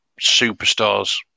superstars